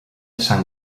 sant